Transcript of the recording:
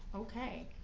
okay.